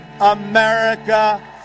America